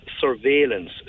surveillance